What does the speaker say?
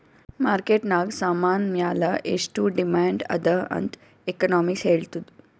market ನಾಗ್ ಸಾಮಾನ್ ಮ್ಯಾಲ ಎಷ್ಟು ಡಿಮ್ಯಾಂಡ್ ಅದಾ ಅಂತ್ ಎಕನಾಮಿಕ್ಸ್ ಹೆಳ್ತುದ್